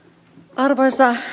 arvoisa